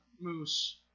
Moose